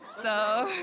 so,